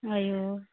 हय यूं